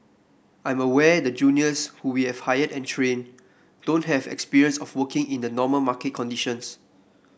I'm aware the juniors who we have hired and trained don't have experience of working in the normal market conditions